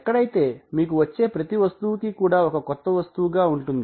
ఎక్కడైతే మీకు వచ్చే ప్రతి వస్తువు కూడా ఒక కొత్త వస్తువు గా ఉంటుంది